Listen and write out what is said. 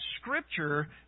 Scripture